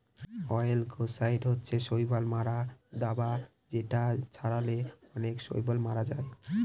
অয়েলগেসাইড হচ্ছে শৈবাল মারার দাবা যেটা ছড়ালে অনেক শৈবাল মরে যায়